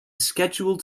scheduled